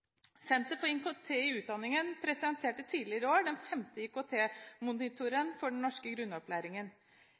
Senter for IKT i utdanningen presenterte tidligere i år den femte IKT-monitoren for den norske grunnopplæringen.